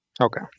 Okay